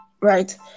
right